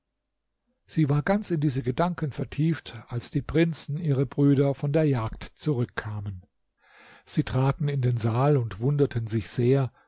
sie war ganz in diese gedanken vertieft als die prinzen ihre brüder von der jagd zurückkamen sie traten in den saal und wunderten sich sehr